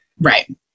Right